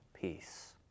peace